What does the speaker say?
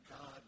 God